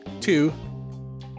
Two